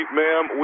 ma'am